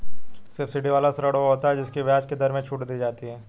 subsidy वाला ऋण वो होता है जिसकी ब्याज की दर में छूट दी जाती है